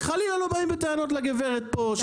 חלילה לא באים בטענות לגברת פה,